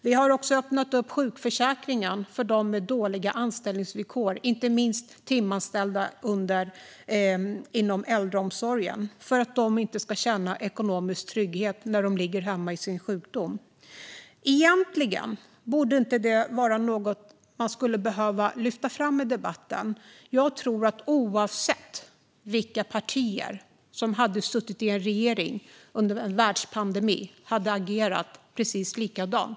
Vi har också öppnat upp sjukförsäkringen för dem med dåliga anställningsvillkor, inte minst timanställda inom äldreomsorgen, för att de ska slippa känna ekonomisk otrygghet när de ligger hemma i sjukdom. Egentligen borde inte detta vara något som man behöver lyfta fram i debatten. Oavsett vilka partier som hade suttit i en regering under en världspandemi tror jag att alla hade agerat precis likadant.